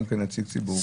גם כנציג ציבור,